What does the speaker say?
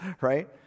right